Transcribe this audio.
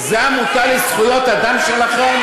זאת עמותה לזכויות אדם שלכם?